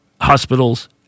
hospitals